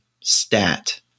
stat